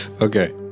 Okay